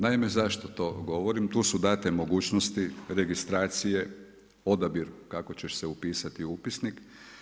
Naime, zašto to govorim, tu su date mogućnosti registracije, odabir kako ćeš se upisati u upisnik.